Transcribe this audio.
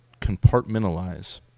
compartmentalize